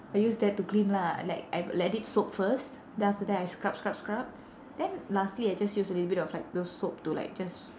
I use that to clean lah like I let it soak first then after that I scrub scrub scrub then lastly I just use a little bit of like those soap to like just